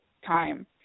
time